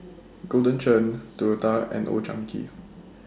Golden Churn Toyota and Old Chang Kee